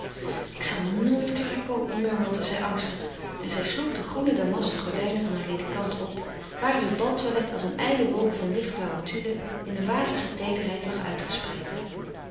ik zal nooit klaar komen murmelde zij angstig en zij sloeg de groene damasten gordijnen van haar ledikant op waar heur baltoilet als een ijle wolk van lichtblauwe tulle in een wazige teederheid lag